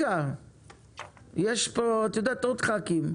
שזו המהות בעיני, לקריטריונים,